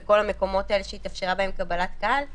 ובכל המקומות האלה שהתאפשרה בהם קבלת קהל,